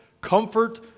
comfort